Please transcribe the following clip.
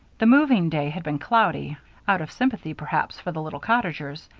the moving-day had been cloudy out of sympathy, perhaps, for the little cottagers.